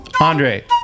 Andre